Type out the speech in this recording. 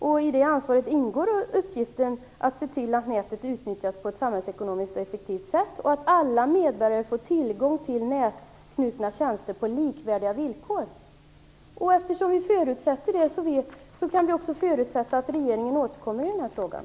I det ansvaret ingår uppgiften att se till att nätet utnyttjas på ett samhällsekonomiskt effektivt sätt och att alla medborgare får tillgång till nätanknutna tjänster på likvärdiga villkor. Eftersom vi förutsätter det kan vi också förutsätta att regeringen återkommer i den här frågan.